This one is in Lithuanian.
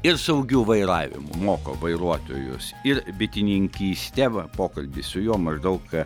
ir saugiu vairavimu moko vairuotojus ir bitininkyste va pokalbį su juo maždaug